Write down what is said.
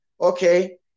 Okay